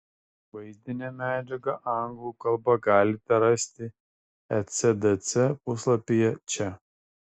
vaizdinę medžiagą anglų kalba galite rasti ecdc puslapyje čia